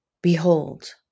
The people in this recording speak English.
Behold